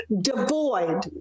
devoid